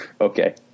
Okay